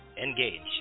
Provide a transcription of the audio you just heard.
Engage